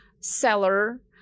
seller